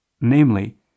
namely